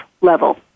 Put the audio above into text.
level